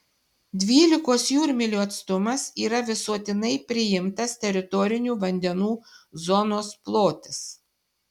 dvylikos jūrmylių atstumas yra visuotinai priimtas teritorinių vandenų zonos plotis